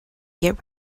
get